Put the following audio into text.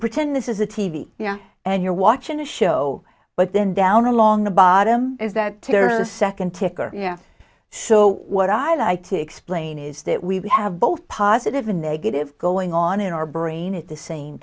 pretend this is a t v and you're watching the show but then down along the bottom is that her second ticker yeah so what i like to explain is that we have both positive and negative going on in our brain at the same